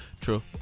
True